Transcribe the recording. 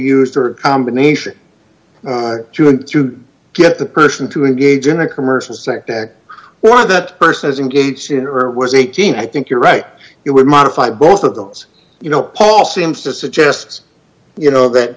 used her combination to him to get the person to engage in a commercial sector why that person is engaged in her was eighteen i think you're right it would modify both of those you know paul seems to suggest you know that